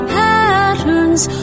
patterns